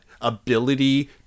ability